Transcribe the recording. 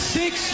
six